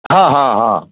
हँ हँ हँ